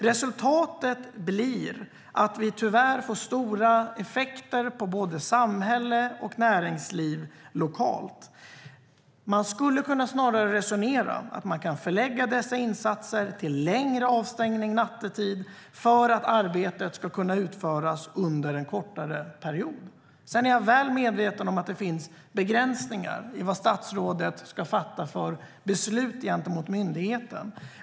Resultatet blir att vi tyvärr får stora effekter på både samhälle och näringsliv lokalt. Man skulle snarare kunna resonera att man kan förlägga dessa insatser under längre avstängning nattetid för att arbetet ska kunna utföras under en kortare period. Sedan är jag väl medveten om att det finns begränsningar i vad statsrådet ska fatta för beslut gentemot myndigheten.